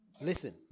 Listen